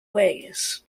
ways